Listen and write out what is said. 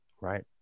Right